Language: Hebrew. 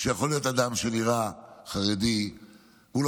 שיכול להיות אדם שנראה חרדי והוא לא